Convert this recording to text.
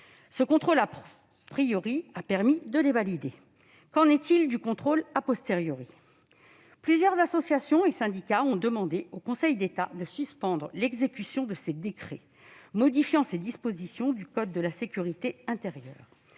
Ce contrôle a permis de valider ces trois fichiers. Qu'en est-il du contrôle ? Plusieurs associations et syndicats ont demandé au Conseil d'État de suspendre l'exécution de ces décrets modifiant des dispositions du code de la sécurité intérieure.